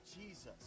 jesus